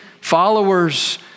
followers